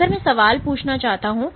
अगर मैं सवाल पूछना चाहता हूं